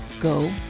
go